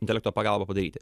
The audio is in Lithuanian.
intelekto pagalba padaryti